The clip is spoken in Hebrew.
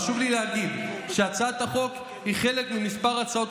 חשוב לי להגיד שהצעת החוק היא חלק מכמה הצעות